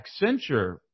Accenture